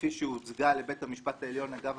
כפי שהוצגה לבית המשפט העליון אגב